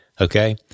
okay